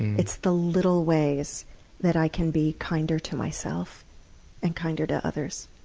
it's the little ways that i can be kinder to myself and kinder to others.